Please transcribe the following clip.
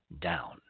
down